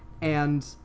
and-